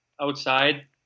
outside